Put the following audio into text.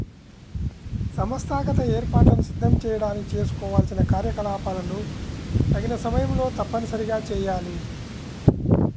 సంస్థాగత ఏర్పాట్లను సిద్ధం చేయడానికి చేసుకోవాల్సిన కార్యకలాపాలను తగిన సమయంలో తప్పనిసరిగా చేయాలి